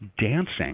dancing